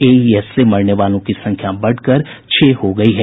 AES से मरने वालों की संख्या बढ़कर छह हो गयी है